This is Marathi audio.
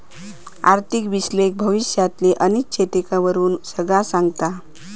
आर्थिक विश्लेषक भविष्यातली अनिश्चिततेवरून सगळा सांगता